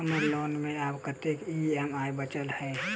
हम्मर लोन मे आब कैत ई.एम.आई बचल ह?